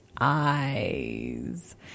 eyes